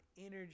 energy